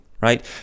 right